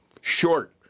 short